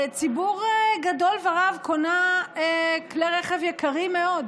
ציבור גדול ורב קנה כלי רכב יקרים מאוד,